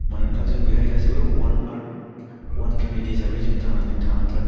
मानोना जों बेहाय गासिबो अवान आर्थ अवान फेमिलि हिसाबै जों थांनानै थानांगोन